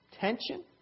tension